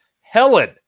Helen